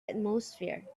atmosphere